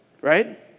right